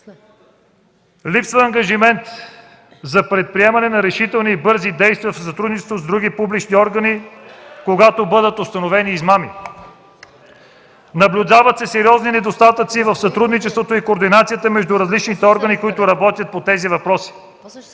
„Липсва ангажимент за предприемане на решителни и бързи действия за сътрудничество с други публични органи, когато бъдат установени измами. Наблюдават се сериозни недостатъци в сътрудничеството и координацията между различните органи, които работят по тези въпроси.